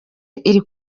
iri